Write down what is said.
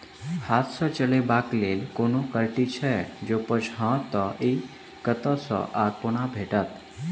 हाथ सऽ चलेबाक लेल कोनों कल्टी छै, जौंपच हाँ तऽ, इ कतह सऽ आ कोना भेटत?